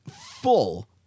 full